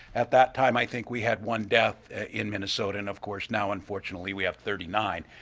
at that time, i think we had one death in minnesota and of course now unfortunately we have thirty nine.